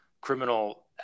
criminal